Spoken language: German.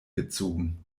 gezogen